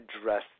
address